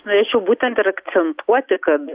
norėčiau būtent ir akcentuoti kad